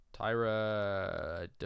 Tyra